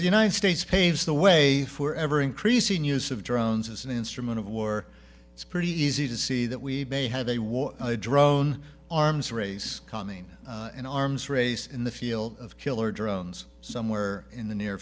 the united states paves the way for ever increasing use of drones as an instrument of war it's pretty easy to see that we may have a war drone arms race coming an arms race in the field of killer drones somewhere in the near